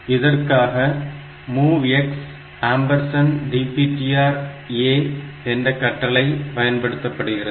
இதற்காக MOVX DPTRA என்ற கட்டளை பயன்படுத்தப்படுகிறது